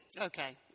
Okay